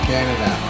Canada